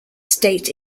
state